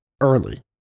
early